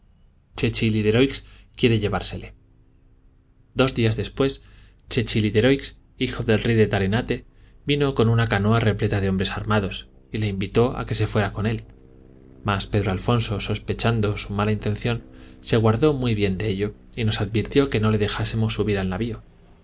quiere llevársele dos días después chechilideroix hijo del rey de tarenate vino con una canoa repleta de hombres armados y le invitó a que se fuera con él mas pedro alfonso sospechando su mala intención se guardó muy bien de ello y nos advirtió que no le dejásemos subir al